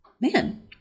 man